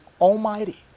Almighty